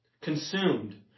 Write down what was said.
Consumed